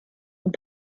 and